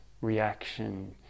reaction